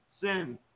sin